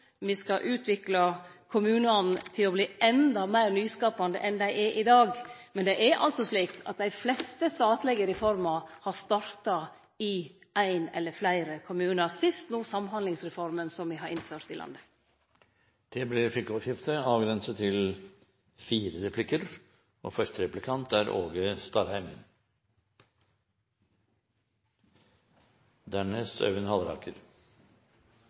me skal få til eit studium i innovasjon, og me skal utvikle kommunane til å verte endå meir nyskapande enn dei er i dag. Det er slik at dei fleste statlege reformene har starta i ein eller fleire kommunar – sist no Samhandlingsreforma, som me har innført i landet. Det blir